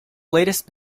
latest